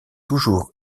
toujours